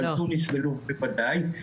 אבל תוניס ולוב בוודאי,